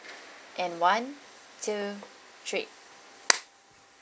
and one two three